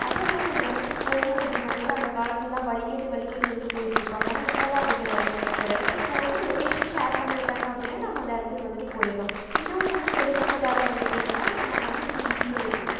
அதேமாதிரி ஒரு இடத்துக்கு போகணும் அப்படின்னா கூட அந்த காலத்துலலாம் வழி கேட்டு வழி கேட்டு வந்துவிட்டு போயிட்டுருப்பாங்க ஆனால் இப்போல்லாம் அப்படி கிடையாது ஒரு இடத்துக்கு போகணுன்னா லொக்கேஷனை ஷேர் பண்ணி விட்டாங்க அப்படின்னா நம்ம அந்த இடத்துக்கு வந்துவிட்டு போயிடுறோம் இதுவும் வந்து தொழில்நுட்பத்தால் வந்துவிட்டு என்னன்னா நமக்கு வந்து இன்னும் ஈஸி ஆயிட்டுருக்கு